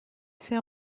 fait